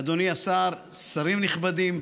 אדוני השר, שרים נכבדים,